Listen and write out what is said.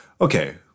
okay